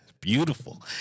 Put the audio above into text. Beautiful